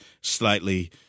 slightly